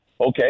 Okay